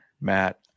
Matt